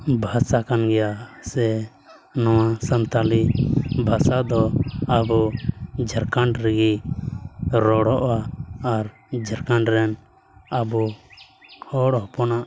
ᱵᱷᱟᱥᱟ ᱠᱟᱱ ᱜᱮᱭᱟ ᱥᱮ ᱱᱚᱣᱟ ᱥᱟᱱᱛᱟᱲᱤ ᱵᱷᱟᱥᱟ ᱫᱚ ᱟᱵᱚ ᱡᱷᱟᱲᱠᱷᱚᱸᱰ ᱨᱮᱜᱮ ᱨᱚᱲᱚᱜᱼᱟ ᱟᱨ ᱡᱷᱟᱲᱠᱷᱚᱸᱰ ᱨᱮᱱ ᱟᱵᱚ ᱦᱚᱲ ᱦᱚᱯᱚᱱᱟᱜ